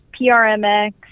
PRMX